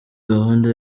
gahunda